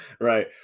Right